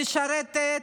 משרתת,